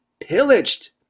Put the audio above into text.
pillaged